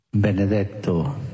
Benedetto